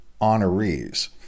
honorees